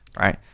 right